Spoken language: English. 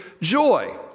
joy